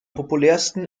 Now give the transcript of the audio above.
populärsten